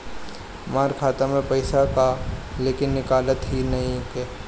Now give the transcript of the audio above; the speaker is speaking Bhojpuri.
हमार खाता मे पईसा बा लेकिन निकालते ही नईखे?